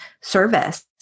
service